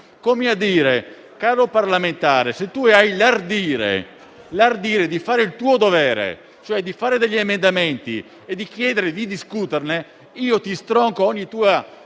come a dire: caro parlamentare, se tu hai l'ardire di fare il tuo dovere, cioè di presentare degli emendamenti e di chiedere di discuterne, io stronco ogni tua